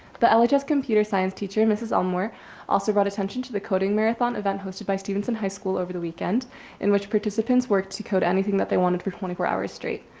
biologists computer science teacher mrs. elmore also brought attention to the coding marathon event hosted by students in high school over the weekend in which participants work to code anything that they wanted for twenty four hours straight.